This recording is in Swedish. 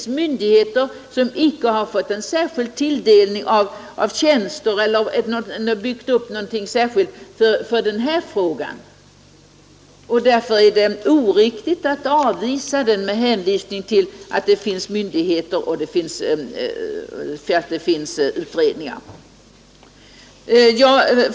De myndigheter som sysslar med frågan har icke fått någon särskild tilldelning av tjänster eller byggt upp någon särskild organisation för ändamålet. Därför är det oriktigt att avvisa förslaget om en parlamentarisk kommitté med hänvisning till att myndigheter och utredningar arbetar med frågan.